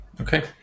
Okay